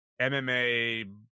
MMA